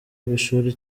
ishuri